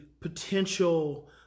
potential